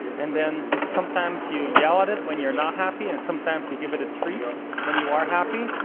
and then sometimes, you yell at it when you're not happy. and sometimes, you give it a treat when you are happy.